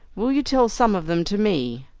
will you tell some of them to me?